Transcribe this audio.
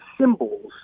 symbols